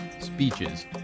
speeches